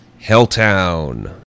Helltown